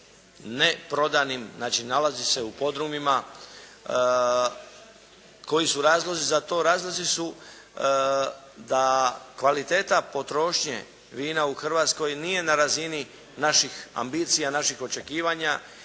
neprodanim, znači nalazi se u podrumima, koji su razlozi za to. Razlozi su to da kvaliteta potrošnje vina u Hrvatskoj nije na razini naših očekivanja, naših ambicija